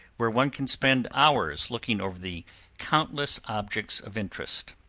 where one can spend hours looking over the countless objects of interest.